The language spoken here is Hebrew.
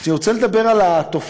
אני רוצה לדבר על התופעה,